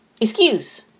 Excuse